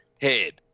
head